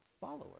follower